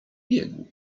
biegu